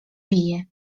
bije